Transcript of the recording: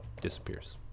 Disappears